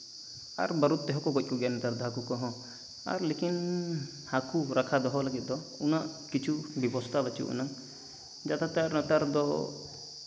ᱟᱨ ᱵᱟᱹᱨᱩᱫ ᱛᱮᱦᱚᱸ ᱠᱚ ᱜᱚᱡ ᱱᱮᱛᱟᱨ ᱫᱚ ᱦᱟᱹᱠᱩ ᱠᱚ ᱦᱚᱸ ᱟᱨ ᱞᱮᱠᱤᱱ ᱦᱟᱹᱠᱩ ᱨᱟᱠᱷᱟ ᱫᱚᱦᱚ ᱞᱟᱹᱜᱤᱫ ᱫᱚ ᱩᱱᱟᱹᱜ ᱠᱤᱪᱷᱩ ᱵᱮᱵᱚᱥᱛᱷᱟ ᱵᱟᱹᱪᱩᱜ ᱟᱱᱟᱝ ᱡᱟᱫᱟᱛᱟᱨ ᱱᱮᱛᱟᱨ ᱫᱚ